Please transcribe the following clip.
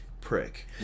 Prick